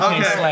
Okay